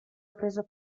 preso